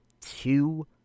two